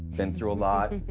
been through a lot.